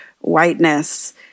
whiteness